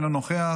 אינו נוכח,